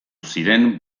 ziren